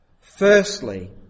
Firstly